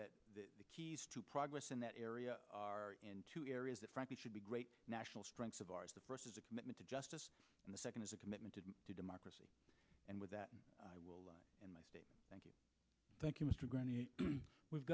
that the keys to progress in that area are into areas that frankly should be great national strengths of ours the first is a commitment to justice and the second is a commitment to democracy and with that i will live in my state thank you